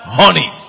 honey